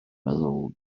meddwl